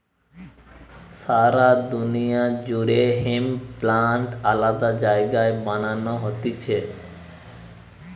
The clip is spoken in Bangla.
সারা দুনিয়া জুড়ে হেম্প প্লান্ট আলাদা জায়গায় বানানো হতিছে